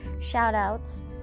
shout-outs